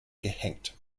gehängt